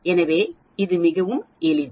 எனவே இது மிகவும் எளிது